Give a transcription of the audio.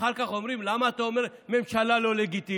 אחר כך אומרים: למה אתה אומר שהממשלה לא לגיטימית?